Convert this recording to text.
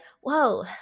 Whoa